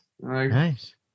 Nice